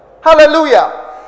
Hallelujah